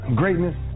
greatness